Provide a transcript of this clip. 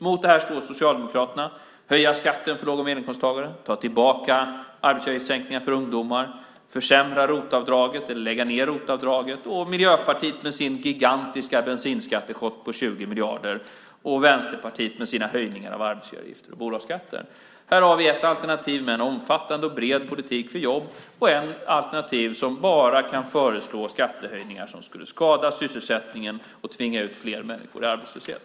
Mot detta står Socialdemokraterna som vill höja skatten för låg och medelinkomsttagare, ta tillbaka arbetsgivaravgiftssänkningen för ungdomar och försämra eller ta bort ROT-avdraget, Miljöpartiet med sin gigantiska bensinskattechock på 20 miljarder och Vänsterpartiet med sina höjningar av arbetsgivaravgifter och bolagsskatter. Sverige har ett alternativ med en omfattande och bred politik för jobb och ett annat alternativ som bara kan föreslå skattehöjningar som skulle skada sysselsättningen och tvinga ut fler människor i arbetslöshet.